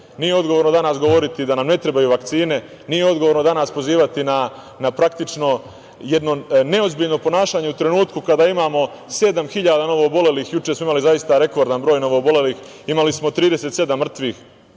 nije odgovorno danas govoriti da nam ne trebaju vakcine, nije odgovorno danas pozivati na praktično jedno neozbiljno ponašanje u trenutku kada imamo 7.000 novoobolelih. Juče smo imali zaista rekordan broj novoobolelih. Imali smo 37 mrtvih. Dakle,